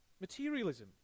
Materialism